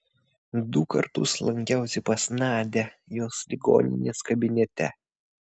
du kartus lankiausi pas nadią jos ligoninės kabinete